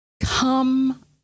Come